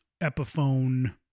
epiphone